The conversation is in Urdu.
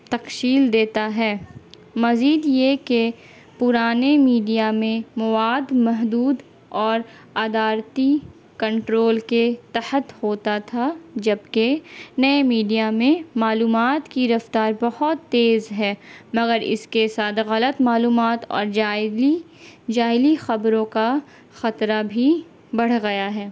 تکشیل دیتا ہے مزید یہ کہ پرانے میڈیا میں مواد محدود اور ادارتی کنٹرول کے تحت ہوتا تھا جبکہ نئے میڈیا میں معلومات کی رفتار بہت تیز ہے مگر اس کے ساتھ غلط معلومات اور جعلی جعلی خبروں کا خطرہ بھی بڑھ گیا ہے